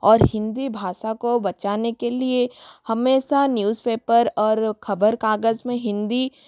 और हिंदी भाषा को बचाने के लिए हमेशा न्यूज़पेपर और ख़बर कागज़ में हिंदी